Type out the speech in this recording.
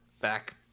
back